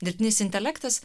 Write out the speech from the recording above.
dirbtinis intelektas